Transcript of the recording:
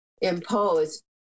imposed